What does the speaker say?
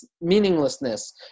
meaninglessness